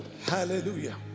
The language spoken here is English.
hallelujah